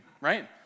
right